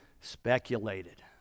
speculated